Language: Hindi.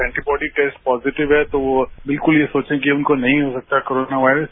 एंटीबॉडी टैस्टपॉजिटिव है तो वह बिलकुल यह सोचें कि हमको नहीं हो सकता है कोरोना वायरस